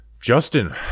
Justin